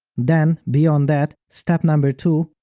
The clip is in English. then, beyond that, step number two,